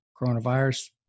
Coronavirus